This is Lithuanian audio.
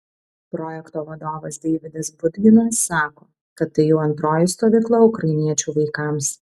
projekto vadovas deividas budginas sako kad tai jau antroji stovykla ukrainiečių vaikams